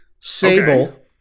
Sable